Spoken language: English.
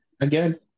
again